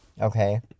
okay